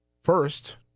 first